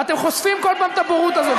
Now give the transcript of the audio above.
ואתם חושפים כל פעם את הבורות הזאת.